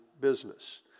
business